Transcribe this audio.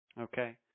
Okay